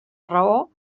raó